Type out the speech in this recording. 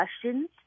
questions